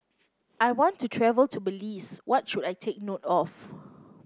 I want to travel to Belize what should I take note of